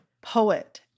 poet